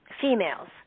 females